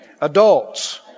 Adults